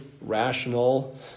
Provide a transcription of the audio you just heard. rational